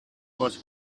was